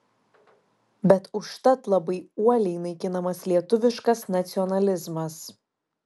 bet užtat labai uoliai naikinamas lietuviškas nacionalizmas